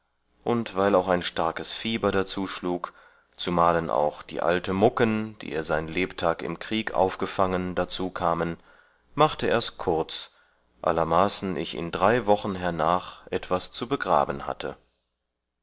und weil auch ein starkes fieber dazuschlug zumalen auch die alte mucken die er sein lebtag im krieg aufgefangen darzukamen machte ers kurz allermaßen ich in drei wochen hernach etwas zu begraben hatte